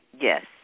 Yes